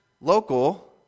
local